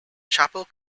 chapel